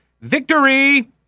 victory